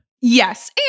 Yes